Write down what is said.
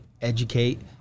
educate